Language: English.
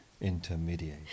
Intermediate